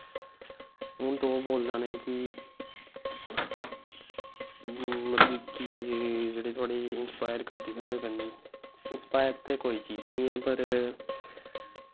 हून तुस बोला ने कि मतलब कि जेह्ड़े थुआढ़े इंस्पायर करदी थुआनूं रनिंग इंस्पायर ते कोई चीज़ निं ऐ पर